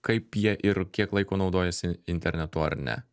kaip jie ir kiek laiko naudojasi internetu ar ne